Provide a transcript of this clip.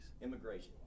Immigration